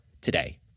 today